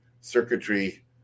circuitry